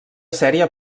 sèrie